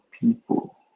people